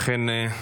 אכן,